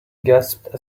gasped